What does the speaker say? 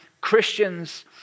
Christians